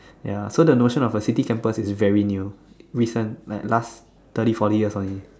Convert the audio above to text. ya so the notion of the city campus is very new recent like last thirty forty years only